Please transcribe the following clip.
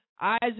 Isaac